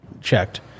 checked